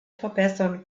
verbessern